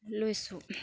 লৈছোঁ